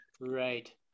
Right